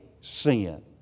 sin